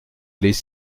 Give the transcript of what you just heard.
les